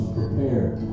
prepared